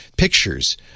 Pictures